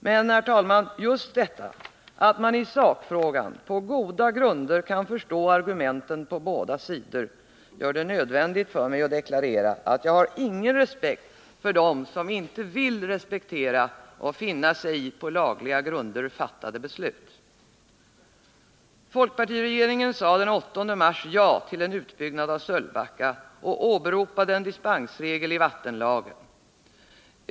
Men, herr talman, just detta att man i sakfrågan på goda grunder kan förstå argumenten på båda sidor gör det nödvändigt för mig att deklarera att jag har ingen respekt för dem som inte vill respektera och finna sig i på lagliga grunder fattade beslut. Folkpartiregeringen sade den 8 mars ja till en utbyggnad av Sölvbacka och åberopade en dispensregel i vattenlagen.